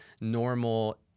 normal